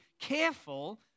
careful